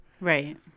Right